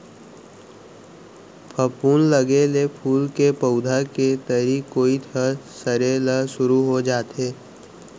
फफूंद लगे ले फूल के पउधा के तरी कोइत ह सरे ल सुरू हो जाथे